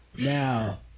Now